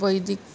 वैदिके